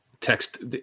Text